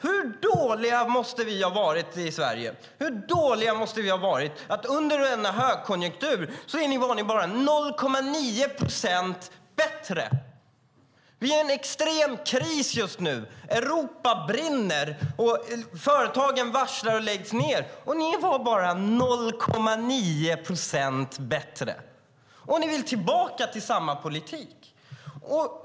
Hur dåliga måste vi ha varit i Sverige? Under en högkonjunktur var ni bara 0,9 procent bättre. Vi är i en extrem kris just nu. Europa brinner. Företagen varslar och läggs ned. Och ni var bara 0,9 procent bättre. Och ni vill tillbaka till samma politik.